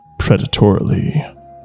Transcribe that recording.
predatorily